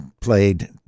played